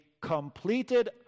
completed